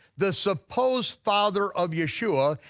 the supposed father of yeshua,